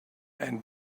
and